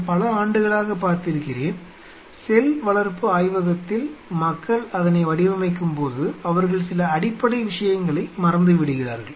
நான் பல ஆண்டுகளாகப் பார்த்திருக்கிறேன் செல் வளர்ப்பு ஆய்வகத்தில் மக்கள் அதனை வடிவமைக்கும்போது அவர்கள் சில அடிப்படை விஷயங்களை மறந்துவிடுகிறார்கள்